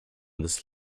this